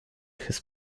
his